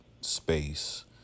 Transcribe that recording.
space